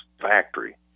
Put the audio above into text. factory